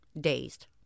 dazed